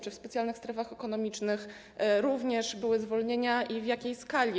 Czy w specjalnych strefach ekonomicznych również były zwolnienia i w jakiej skali?